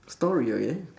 story okay